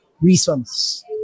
reasons